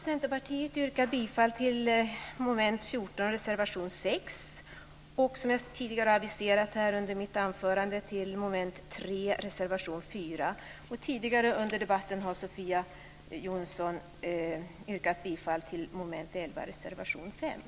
Centerpartiet yrkar bifall till reservation 6 under mom. 14 och, som jag tidigare aviserat under mitt anförande, till reservation 4 under mom. 3. Tidigare under debatten har Sofia Jonsson yrkat bifall till reservation 5 under mom. 11.